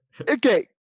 Okay